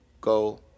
Go